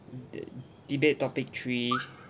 d~ debate topic three